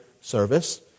service